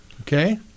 okay